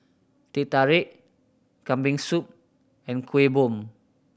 Teh Tarik Kambing Soup and Kuih Bom